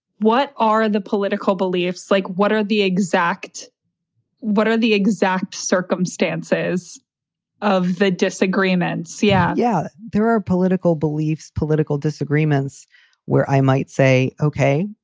what are the political beliefs like? what are the exact what are the exact circumstances of the disagreements? yeah, yeah. there are political beliefs, political disagreements where i might say, ok,